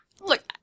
Look